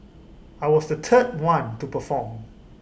I was the third one to perform